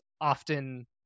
often